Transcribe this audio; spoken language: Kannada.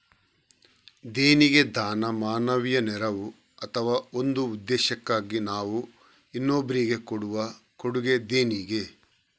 ದೇಣಿಗೆ ದಾನ, ಮಾನವೀಯ ನೆರವು ಅಥವಾ ಒಂದು ಉದ್ದೇಶಕ್ಕಾಗಿ ನಾವು ಇನ್ನೊಬ್ರಿಗೆ ಕೊಡುವ ಕೊಡುಗೆ ದೇಣಿಗೆ